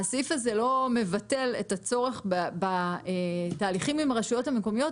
הסעיף הזה לא מבטל את הצורך בתהליכים עם הרשויות המקומיות,